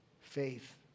faith